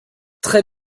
très